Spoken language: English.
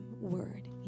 word